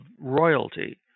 royalty